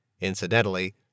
Incidentally